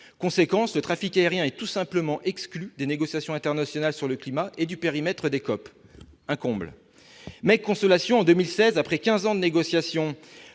le trafic aérien est tout simplement exclu des négociations internationales sur le climat et du périmètre des COP. Un comble ! Maigre consolation pourtant : en 2016, après quinze ans de négociations,